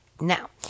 now